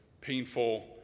painful